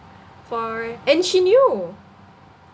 for and she knew